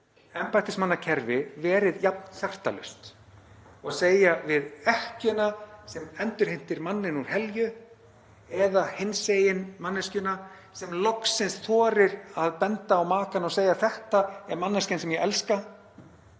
embættismannakerfið verið jafn hjartalaust og sagt við ekkjuna sem endurheimtir manninn úr helju eða við hinsegin manneskjuna sem þorir loksins að benda á makann og segja: Þetta er manneskjan sem ég elska